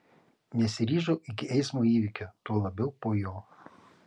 nesiryžau iki eismo įvykio tuo labiau po jo